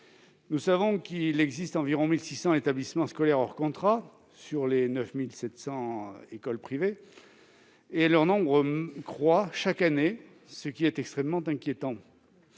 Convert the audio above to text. leur création. Il existe environ 1 600 établissements scolaires hors contrat sur les 9 700 écoles privées. Leur nombre croît chaque année, ce qui est extrêmement inquiétant,